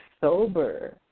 sober